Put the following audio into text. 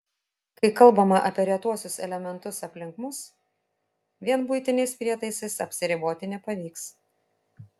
kai kalbama apie retuosius elementus aplink mus vien buitiniais prietaisais apsiriboti nepavyks